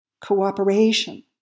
cooperation